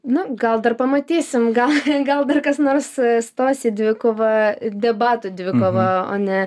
nu gal dar pamatysim gal gal dar kas nors stos į dvikovą debatų dvikova o ne